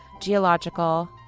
Geological